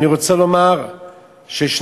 אני רוצה לומר שיש